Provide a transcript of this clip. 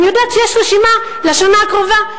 ואני יודעת שיש רשימה לשנה הקרובה,